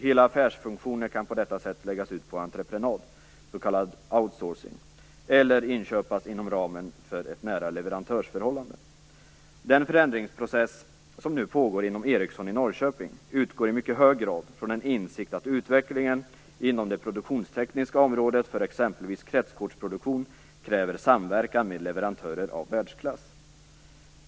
Hela affärsfunktioner kan på detta sätt läggas ut på entreprenad, s.k. outsourcing, eller inköpas inom ramen för ett nära leverantörsförhållande. Den förändringsprocess som nu pågår inom Ericsson i Norrköping utgår i mycket hög grad från en insikt att utvecklingen inom det produktionstekniska området för exempelvis kretskortsproduktion kräver samverkan med leverantörer av världsklass.